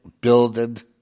builded